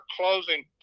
closing